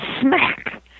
smack